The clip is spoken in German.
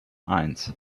eins